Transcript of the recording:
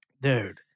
Dude